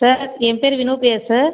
sir என் பேர் Vinupriya sir